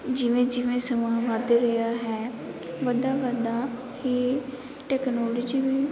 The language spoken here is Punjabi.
ਜਿਵੇਂ ਜਿਵੇਂ ਸਮਾਂ ਵੱਧ ਰਿਹਾ ਹੈ ਵੱਧਦਾ ਵੱਧਦਾ ਹੀ ਟੈਕਨੋਲਜੀ ਵੀ